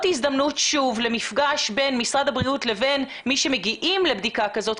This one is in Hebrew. הזדמנות למפגש בין משרד הבריאות לבין מי שמגיעים לבדיקה כזאת,